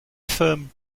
firm